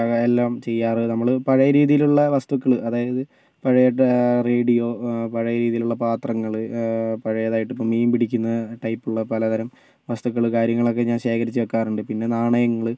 എല്ലാം ചെയ്യാറ് നമ്മള് പഴയ രീതിയിലുള്ള വസ്തുക്കള് അതായത് പഴയ റേഡിയോ പഴയ രീതിയിലുള്ള പാത്രങ്ങള് പഴയതായിട്ട് ഇപ്പോൾ മീൻ പിടിക്കുന്ന ടൈപ്പുള്ള പലതരം വസ്തുക്കള് കാര്യങ്ങളൊക്കെ ഞാൻ ശേഖരിച്ച് വയ്ക്കാറുണ്ട് പിന്നെ നാണയങ്ങള്